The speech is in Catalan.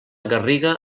garriga